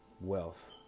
wealth